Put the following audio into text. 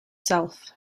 self